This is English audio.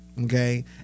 okay